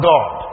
God